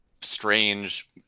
strange